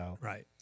right